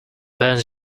burns